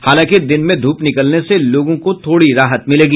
हालांकि दिन में ध्रप निकलने से लोगों को थोड़ी राहत मिलेगी